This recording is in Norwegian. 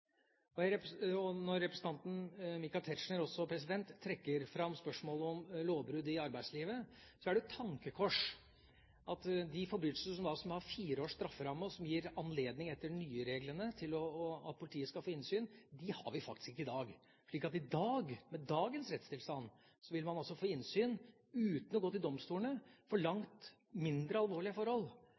– jeg holdt på å si – hvor kriminaliteten utvikler seg, ser vi at den teknologiske utviklingen gjør sitt til at politiet er avhengig nettopp av å få innsyn i dette. Når representanten Michael Tetzschner også trekker fram spørsmålet om lovbrudd i arbeidslivet, er det et tankekors at for de forbrytelser som har fire års strafferamme, vil politiet etter de nye reglene gis anledning til innsyn. Dem har vi faktisk ikke i dag. I dag, med dagens rettstilstand, vil man få innsyn uten å gå til domstolene